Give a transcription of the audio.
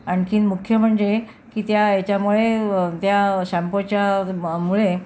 आणखीन मुख्य म्हणजे की त्या याच्यामुळे त्या शॅम्पूच्या मुळे